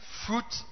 fruit